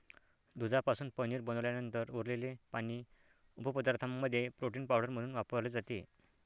दुधापासून पनीर बनवल्यानंतर उरलेले पाणी उपपदार्थांमध्ये प्रोटीन पावडर म्हणून वापरले जाते